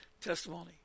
testimony